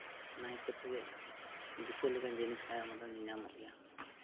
ᱚᱱᱟ ᱦᱤᱥᱟᱹᱵᱽ ᱛᱮᱜᱮ ᱫᱤᱥᱟᱹ ᱞᱮᱠᱟᱱ ᱡᱤᱱᱤᱥ ᱠᱟᱱᱟ ᱚᱱᱟᱫᱚ ᱧᱮᱧᱟᱢᱚᱜ ᱜᱮᱭᱟ